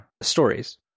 Stories